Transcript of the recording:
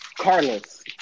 Carlos